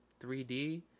3D